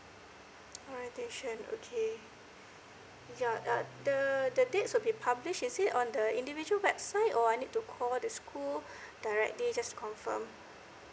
orientation okay yeah uh the the dates will be publish is it on the individual website or I need to call the school directly just confirm